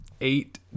eight